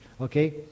okay